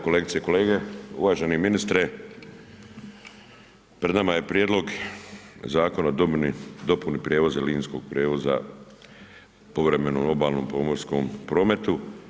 Kolegice i kolege uvaženi ministre, pred nama je Prijedlog Zakona o dopuni prijevoza, linijskog prijevoza povremenom obalnom pomorskom prometu.